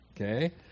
Okay